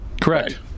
correct